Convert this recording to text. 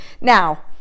Now